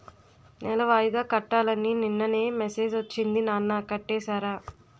నెల వాయిదా కట్టాలని నిన్ననే మెసేజ్ ఒచ్చింది నాన్న కట్టేసారా?